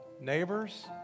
neighbors